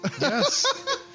yes